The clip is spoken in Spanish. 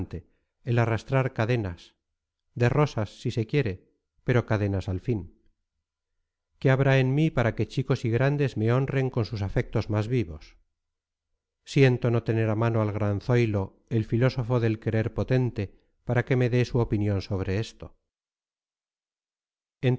el arrastrar cadenas de rosas si se quiere pero cadenas al fin qué habrá en mí para que chicos y grandes me honren con sus afectos más vivos siento no tener a mano al gran zoilo el filósofo del querer potente para que me dé su opinión sobre esto